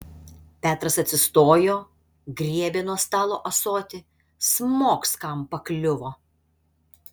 petras atsistojo griebė nuo stalo ąsotį smogs kam pakliuvo